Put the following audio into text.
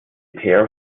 pair